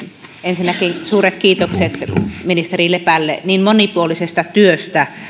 ensinnäkin suuret kiitokset ministeri lepälle monipuolisesta työstä